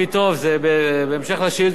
זה בהמשך לשאילתות שלך.